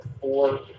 four